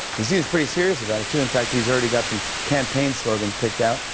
he seems pretty serious about it, too. in fact, he's already got some campaign slogans picked out.